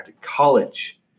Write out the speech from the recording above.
College